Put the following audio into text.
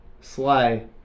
Sly